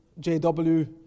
JW